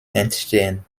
entstehen